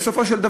ובסופו של דבר,